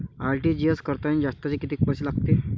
RTGS करतांनी जास्तचे कितीक पैसे लागते?